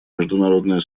международное